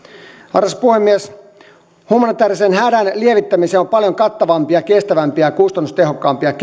arvoisa puhemies humanitäärisen hädän lievittämiseen on paljon kattavampia kestävämpiä ja kustannustehokkaampia